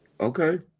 Okay